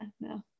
No